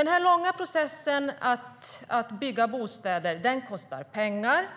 Den långa processen att bygga bostäder kostar pengar.